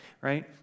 right